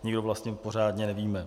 Nikdo vlastně pořádně nevíme.